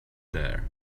there